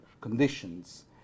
conditions